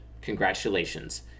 Congratulations